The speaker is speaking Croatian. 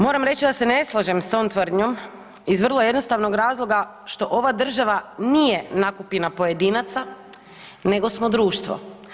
Moram reći da se ne slažem s tom tvrdnjom iz vrlo jednostavnog razloga što ova država nije nakupina pojedinaca nego smo društvo.